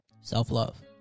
Self-love